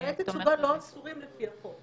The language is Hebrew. חללי תצוגה לא אסורים על פי החוק.